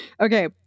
Okay